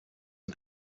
was